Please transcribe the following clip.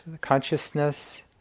consciousness